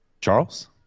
Charles